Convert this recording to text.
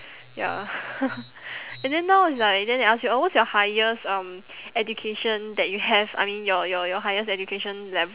ya and then now it's like then they ask you uh what's your highest um education that you have I mean your your your highest education le~